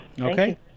Okay